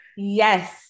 Yes